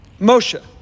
Moshe